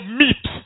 meat